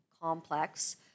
complex